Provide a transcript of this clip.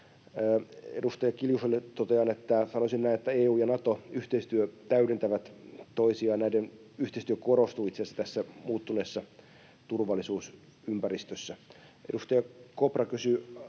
Edustaja Kiljuselle sanoisin näin, että EU- ja Nato-yhteistyöt täydentävät toisiaan. Näiden yhteistyö korostuu itse asiassa tässä muuttuneessa turvallisuusympäristössä. Edustaja Kopra kysyi